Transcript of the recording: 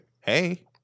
Hey